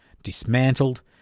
Dismantled